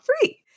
free